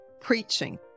preaching